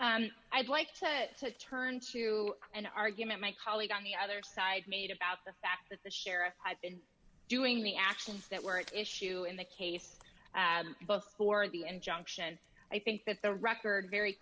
appeal i'd like to turn to an argument my colleague on the other side made about the fact that the sheriff had been doing the actions that were issue in the case both for the injunction i think that the record very